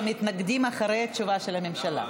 מתנגדים אחרי התשובה של הממשלה.